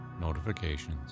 notifications